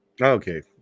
Okay